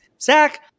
Zach